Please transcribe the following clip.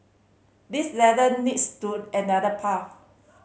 this ladder needs to another path